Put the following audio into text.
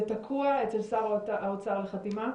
זה תקוע אצל שר האוצר לחתימה?